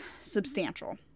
substantial